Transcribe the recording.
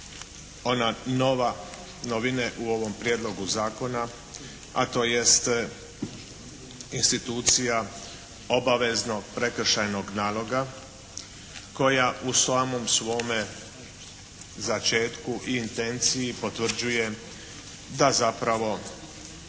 ona nova, novine u ovom prijedlogu zakona, a to jest institucija obaveznog prekršajnog naloga koja u samom svome začetku i intenciji potvrđuje da zapravo